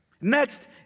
Next